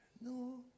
No